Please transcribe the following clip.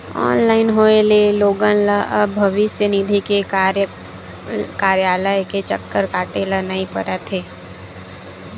online होए ले लोगन ल अब भविस्य निधि के कारयालय के चक्कर काटे ल नइ परत हे